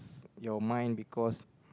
your mind because